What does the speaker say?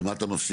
ומה אתה מפסיד?